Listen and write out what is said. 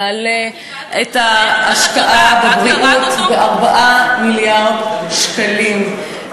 מעלה את ההשקעה בבריאות ב-4 מיליארד שקלים,